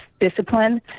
discipline